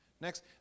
Next